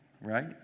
right